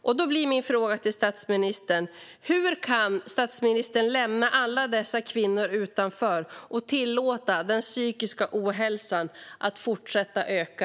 Därför är min fråga till statsministern: Hur kan statsministern lämna alla dessa kvinnor utanför och tillåta att den psykiska ohälsan fortsätter öka?